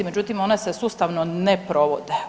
Međutim, one se sustavno ne provode.